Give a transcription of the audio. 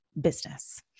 Business